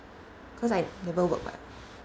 cause I never work [what]